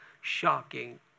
shocking